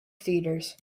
theatres